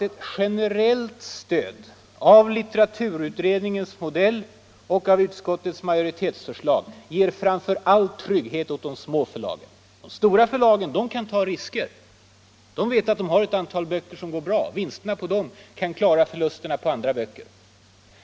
Ett generellt stöd av litteraturutredningens modell och av utskottets majoritetsförslag ger framför allt trygghet åt de små förlagen. De stora förlagen kan ta risker. De vet att de har ett antal böcker som går bra, och vinsterna på dem kan klara förlusterna på andra böcker.